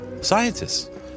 scientists